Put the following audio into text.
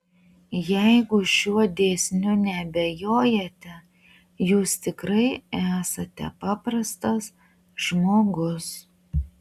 jeigu šiuo dėsniu neabejojate jūs tikrai esate paprastas žmogus